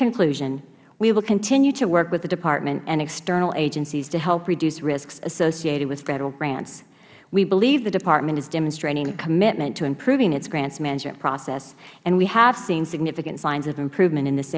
conclusion we will continue to work with the department and external agencies to help reduce risks associated with federal grants we believe the department is demonstrating a commitment to improving its grants management process and we have seen significant signs of improvement in this